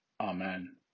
Amen